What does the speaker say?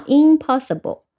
impossible